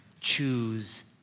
choose